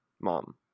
mom